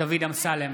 דוד אמסלם,